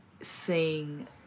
seeing